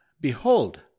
Behold